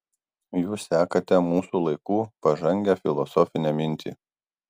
jūs sekate mūsų laikų pažangią filosofinę mintį